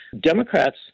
Democrats